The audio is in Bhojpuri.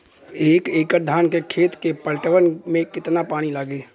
एक एकड़ धान के खेत के पटवन मे कितना पानी लागि?